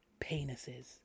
penises